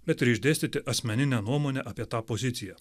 bet ir išdėstyti asmeninę nuomonę apie tą poziciją